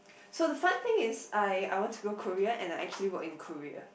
so the fun thing is I I want to go Korea and I actually work in Korea